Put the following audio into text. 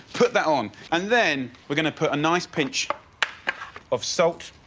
put that on, and then we're gonna put a nice pinch of salt,